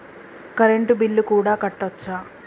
Current bill కూడా కట్టొచ్చా?